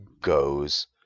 goes